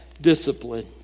discipline